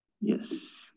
Yes